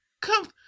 Come